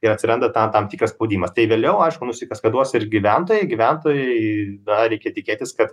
ir atsiranda tam tikras spaudimas tai vėliau aišku nusikaskaduos ir gyventojų gyventojai dar reikia tikėtis kad